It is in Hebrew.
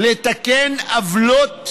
לתקן עוולות